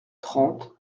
trente